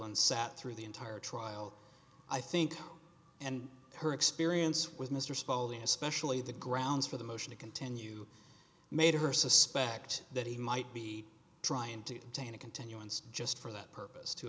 one sat through the entire trial i think and her experience with mr spalding especially the grounds for the motion to continue made her suspect that he might be trying to attain a continuance just for that purpose to